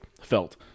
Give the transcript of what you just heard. felt